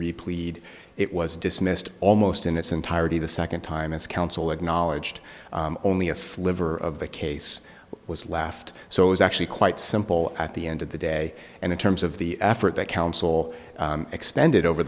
reply it was dismissed almost in its entirety the second time as counsel acknowledged only a sliver of the case was left so it was actually quite simple at the end of the day and in terms of the effort that council expended over